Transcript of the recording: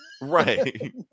right